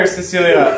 Cecilia